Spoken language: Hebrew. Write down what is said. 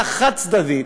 מחליט, בהחלטה חד-צדדית,